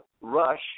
Rush